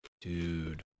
Dude